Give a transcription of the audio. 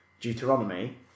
Deuteronomy